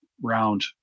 round